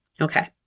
Okay